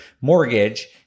mortgage